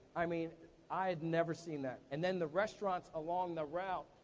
i mean i had never seen that. and then the restaurants along the route,